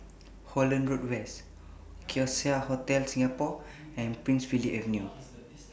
Holland Road West Oasia Hotel Singapore and Prince Philip Avenue